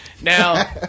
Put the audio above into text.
Now